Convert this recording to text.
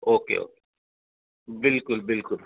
okay okay बिलकुल बिलकुल